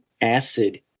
acid